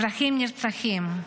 אזרחים נרצחים,